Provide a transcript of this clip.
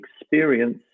experience